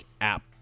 app